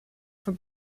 for